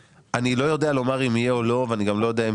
אני לא יודע לומר אם יהיה או לא ואני גם לא יודע אם